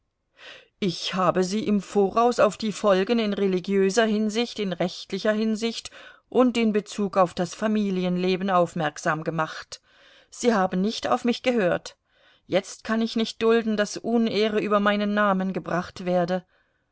ich habe sie im voraus auf die folgen in religiöser hinsicht in rechtlicher hinsicht und in bezug auf das familienleben aufmerksam gemacht sie haben nicht auf mich gehört jetzt kann ich nicht dulden daß unehre über meinen namen gebracht werde